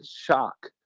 shock